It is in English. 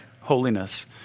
holiness